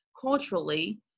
culturally